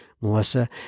Melissa